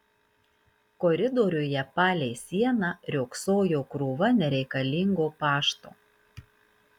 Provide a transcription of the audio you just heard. koridoriuje palei sieną riogsojo krūva nereikalingo pašto